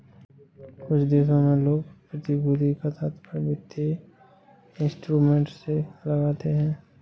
कुछ देशों में लोग प्रतिभूति का तात्पर्य वित्तीय इंस्ट्रूमेंट से लगाते हैं